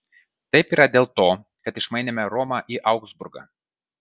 taip yra dėl to kad išmainėme romą į augsburgą